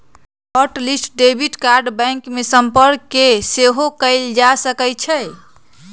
hot list debit card bank में संपर्क कऽके सेहो कएल जा सकइ छै